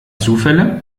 zufälle